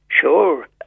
Sure